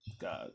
God